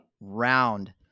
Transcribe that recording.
round